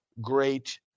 great